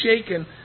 shaken